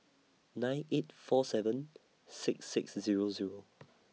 nine eight four seven six six Zero Zero